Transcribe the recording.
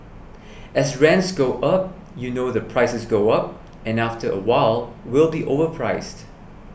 as rents go up you know the prices go up and after a while we'll be overpriced